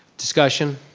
discussion?